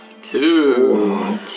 Two